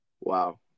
Wow